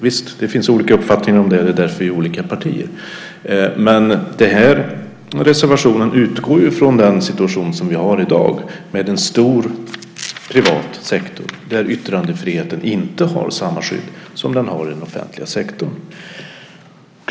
Visst, det finns olika uppfattningar om det, och det är därför det är olika partier. Men reservationen utgår från den situation som vi har i dag med en stor privat sektor, där yttrandefriheten inte har samma skydd som den har inom den offentliga sektorn.